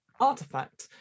Artifact